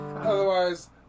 Otherwise